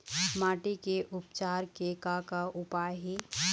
माटी के उपचार के का का उपाय हे?